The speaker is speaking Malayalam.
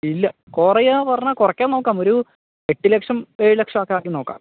ഇല്ല കുറയുമോ എന്നു പറഞ്ഞാൽ കുറയ്ക്കാൻ നോക്കാം ഒരു എട്ട് ലക്ഷം ഏഴു ലക്ഷം ഒക്കെ ആക്കി നോക്കാം